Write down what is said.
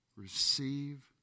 receive